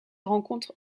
rencontre